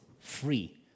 free